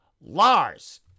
Lars